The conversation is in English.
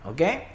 Okay